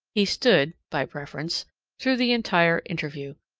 he stood by preference through the entire interview.